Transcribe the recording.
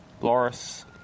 Loris